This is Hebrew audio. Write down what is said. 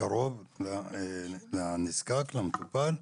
קרוב לנזקק, למטופל,